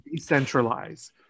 Decentralize